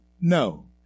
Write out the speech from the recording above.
No